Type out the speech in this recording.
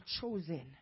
chosen